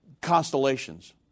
constellations